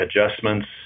adjustments